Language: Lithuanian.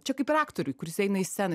čia kaip ir aktoriui kuris eina į sceną